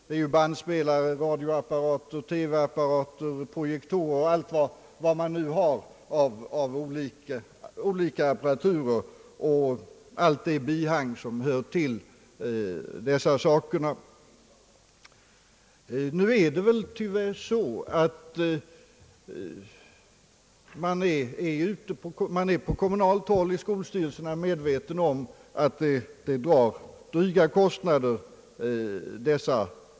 Det är bandspelare, radiooch TV-apparater, projektorer och allt vad man nu har av olika apparaturer och tillbehör till dessa. Nu är man väl i de kommunala skolstyrelserna medveten om att dessa hjälpmedel tyvärr drar dryga kostnader.